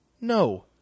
No